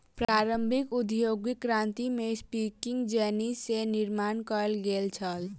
प्रारंभिक औद्योगिक क्रांति में स्पिनिंग जेनी के निर्माण कयल गेल छल